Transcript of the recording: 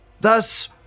Thus